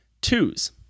Twos